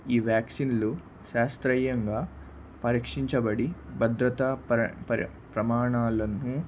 ఈ వ్యాక్సిన్లు శాస్త్రీయంగా పరీక్షించబడి భద్రత పరి ప ప్రమాణాలను